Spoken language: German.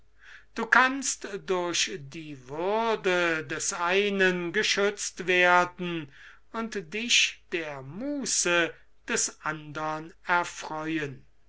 du kannst durch die würde des einen geschützt werden und dich der muße des andern erfreuen